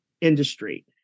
industry